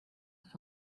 and